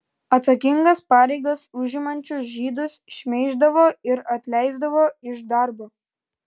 atsakingas pareigas užimančius žydus šmeiždavo ir atleisdavo iš darbo